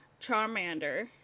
Charmander